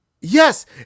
Yes